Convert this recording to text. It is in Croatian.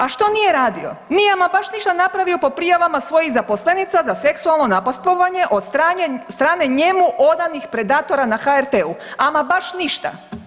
A što nije radio, nije baš ama ništa napravio po prijavama svojih zaposlenica za seksualno napastovanje od strane njemu odanih predatora na HRT-u, ama baš ništa.